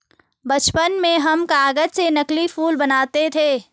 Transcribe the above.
बचपन में हम कागज से नकली फूल बनाते थे